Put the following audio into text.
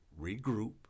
regroup